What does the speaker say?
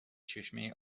چشمه